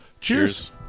Cheers